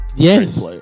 Yes